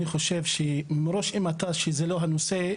אני חושב שאם מראש אמרת שזה לא הנושא,